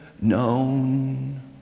known